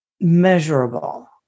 measurable